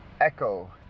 Echo